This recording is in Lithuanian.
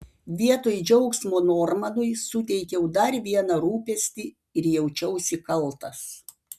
vietoj džiaugsmo normanui suteikiau dar vieną rūpestį ir jaučiausi kaltas